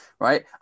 Right